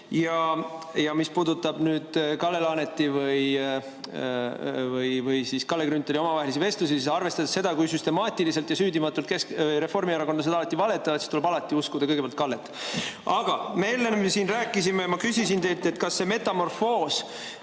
Mis puudutab Kalle Laaneti või Kalle Grünthali omavahelisi vestlusi, siis arvestades seda, kui süstemaatiliselt ja süüdimatult reformierakondlased alati valetavad, siis tuleb alati uskuda kõigepealt Kallet. Aga me enne siin rääkisime ja ma küsisin teilt, kas see metamorfoos